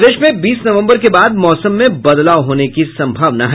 प्रदेश में बीस नवम्बर के बाद मौसम में बदलाव होने की संभावना है